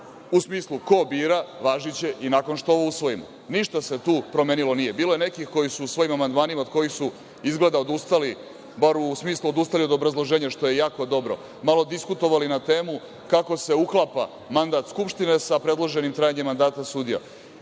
u smislu ko bira, važiće i nakon što ovo usvojimo. Ništa se tu promenilo nije. Bilo je nekih koji su u svojim amandmanima, od kojih su izgleda odustali, bar u smislu odustali od obrazloženja, što je jako dobro, malo diskutovali na temu kako se uklapa mandat Skupštine sa predloženim trajanjem mandata sudija. Ne